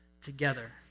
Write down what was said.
together